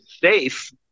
safe